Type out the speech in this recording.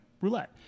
roulette